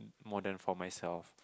more than for myself